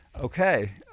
Okay